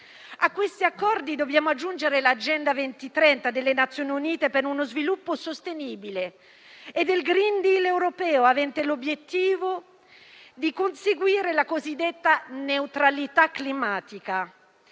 A questi accordi dobbiamo aggiungere l'Agenda 2030 delle Nazioni Unite per uno sviluppo sostenibile e il *green deal* europeo, avente l'obiettivo di conseguire la cosiddetta neutralità climatica,